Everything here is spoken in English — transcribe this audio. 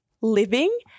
living